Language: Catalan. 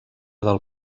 del